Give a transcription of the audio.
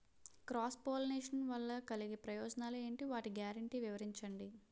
Cross pollination వలన కలిగే ప్రయోజనాలు ఎంటి? వాటి గ్యారంటీ వివరించండి?